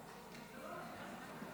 בעד קארין אלהרר,